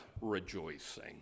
rejoicing